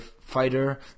fighter